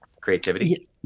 creativity